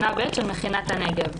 שנה ב' של מכינת הנגב.